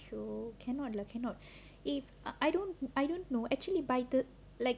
so cannot cannot if I don't I don't know actually by then like